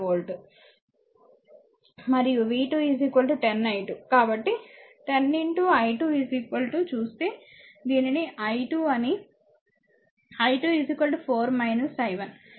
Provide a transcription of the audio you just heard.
మరియు v 2 10 i2 కాబట్టి 10 i2 చూస్తే దీనిని i2అని i2 4 i1